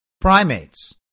primates